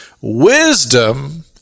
wisdom